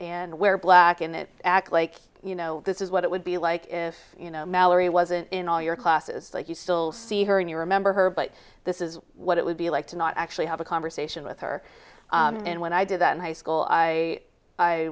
and wear black in an act like you know this is what it would be like if you know mallory wasn't in all your classes like you still see her and you remember her but this is what it would be like to not actually have a conversation with her and when i did that in high school i